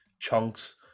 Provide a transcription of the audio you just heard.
chunks